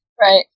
right